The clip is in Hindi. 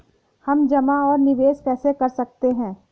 हम जमा और निवेश कैसे कर सकते हैं?